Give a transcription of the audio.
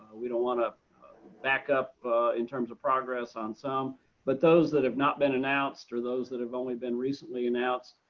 we don't want to back up in terms of progress on some but those that have not been announced, or those that have only been recently announced,